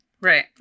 right